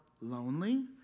lonely